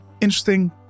interesting